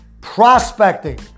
prospecting